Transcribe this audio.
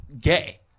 gay